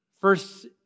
First